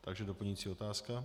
Takže doplňující otázka.